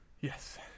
Yes